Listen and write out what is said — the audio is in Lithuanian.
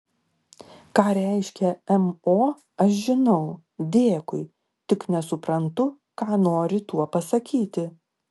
ką reiškia mo aš žinau dėkui tik nesuprantu ką nori tuo pasakyti